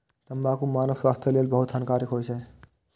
तंबाकू मानव स्वास्थ्य लेल बहुत खतरनाक होइ छै